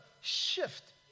shift